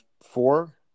four